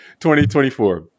2024